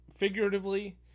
Figuratively